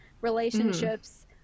relationships